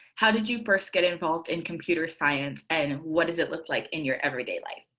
how did you first get involved in computer science and what does it look like in your everyday life?